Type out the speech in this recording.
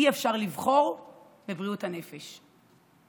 אי-אפשר לבחור בבריאות הנפש.